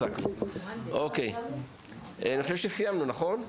אני חושב שסיימנו, נכון?